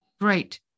Great